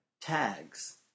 tags